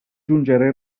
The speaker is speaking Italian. giungere